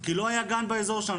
כי לא היה גן באיזור שלנו,